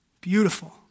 Beautiful